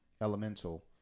Elemental